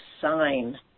sign